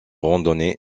randonnées